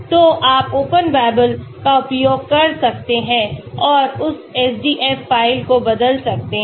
तो आप Open Babel का उपयोग कर सकते हैं और उस SDF फ़ाइल को बदल सकते हैं